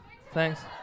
thanks